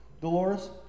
Dolores